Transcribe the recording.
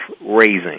raising